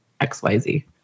XYZ